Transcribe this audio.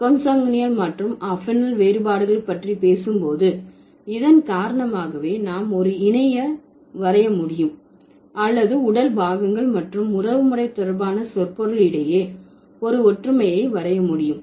கொண்சங்குனியால் மற்றும் அஃபினல் வேறுபாடுகள் பற்றி பேசும் போது இதன் காரணமாகவே நாம் ஒரு இணையை வரைய முடியும் அல்லது உடல் பாகங்கள் மற்றும் உறவு முறை தொடர்பான சொற்பொருள் இடையே ஒரு ஒற்றுமையை வரைய முடியும்